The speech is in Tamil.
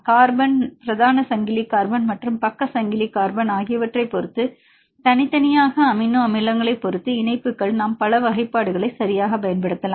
கார்பன் பிரதான சங்கிலி கார்பன் மற்றும் பக்க சங்கிலி கார்பன் ஆகியவற்றைப் பொறுத்து தனித்தனியாக அமினோ அமிலங்களைப் பொறுத்து இணைப்புகள் நாம் பல வகைப்பாடுகளை சரியாகப் பயன்படுத்தலாம்